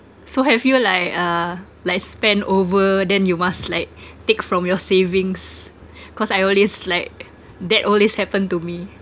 so have you like uh like spend over then you must like take from your savings cause I always like that always happen to me